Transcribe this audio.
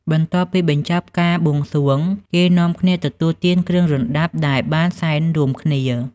បន្ទាប់ពីបញ្ចប់ការបួងសួង គេនាំគ្នាទទួលទានគ្រឿងរណ្តាប់ដែលបានសែនរួមគ្នា។